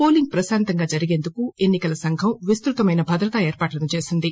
polling ప్రశాంతంగా జరిగేందుకు ఎన్ని కల సంఘం విస్తృతమైన భద్రతా ఏర్పాట్లు చేసింది